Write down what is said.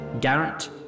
Garrett